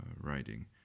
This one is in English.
writing